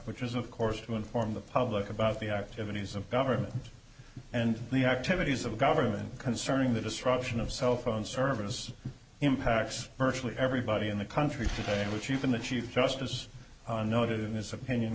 which is of course to inform the public about the activities of government and the activities of government concerning the disruption of cellphone service impacts virtually everybody in the country today and which even the chief justice noted in his opinion